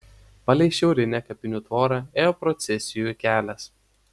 palei šiaurinę kapinių tvorą ėjo procesijų kelias